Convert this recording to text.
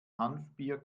hanfbier